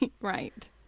Right